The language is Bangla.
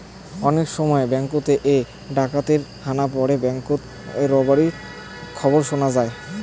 অনেক সময় ব্যাঙ্ককোত এ ডাকাতের হানা পড়ে ব্যাঙ্ককোত রোবেরির খবর শোনাং যাই